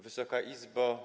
Wysoka Izbo!